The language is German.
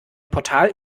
portal